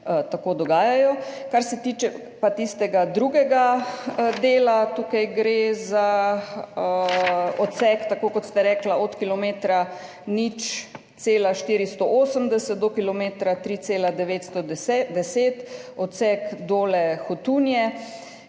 tako dogajajo. Kar se pa tiče tistega drugega dela, tukaj gre za odsek, tako kot ste rekli, od kilometra 0,480 do kilometra 3,910, odsek Dole–Hotunje.